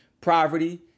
poverty